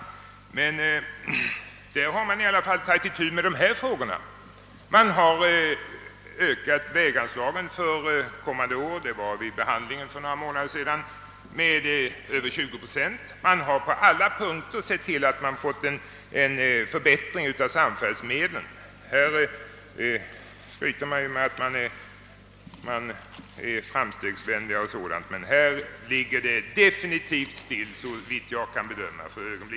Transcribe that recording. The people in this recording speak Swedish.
Men i Norge har man i alla fall tagit itu med dessa problem. Man har vid frågans behandling för några månader sedan ökat anslagen för kommande år med över 20 procent. Norrmännen har på alla punkter sett till att de åstadkommer en förbättring av samfärdsmedlen. Här i landet skryter man med att man är framstegsvänlig, men på denna punkt står utvecklingen såvitt jag kan bedöma helt stilla.